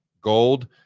gold